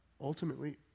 ultimately